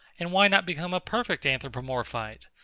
and why not become a perfect anthropomorphite?